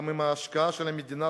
גם אם ההשקעה של המדינה